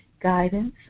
guidance